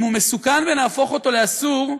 אם הוא מסוכן ונהפוך אותו לאסור,